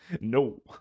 No